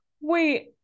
wait